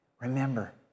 Remember